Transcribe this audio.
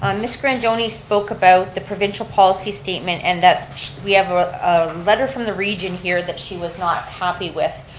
um miss grandoni spoke about the provincial policy statement and that we have a letter from the region here that she was not happy with,